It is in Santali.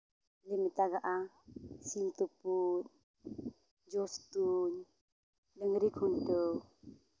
ᱞᱮ ᱢᱮᱛᱟᱜᱟ ᱥᱤᱢ ᱛᱩᱯᱩᱫ ᱡᱚᱥ ᱛᱩᱧ ᱰᱟᱹᱝᱨᱤ ᱠᱷᱩᱱᱴᱟᱹᱣ